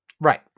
Right